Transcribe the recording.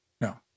no